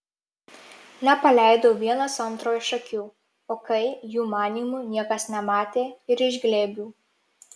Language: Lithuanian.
nepaleido vienas antro iš akių o kai jų manymu niekas nematė ir iš glėbių